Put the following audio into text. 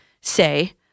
say